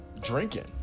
Drinking